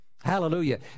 Hallelujah